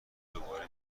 دوباره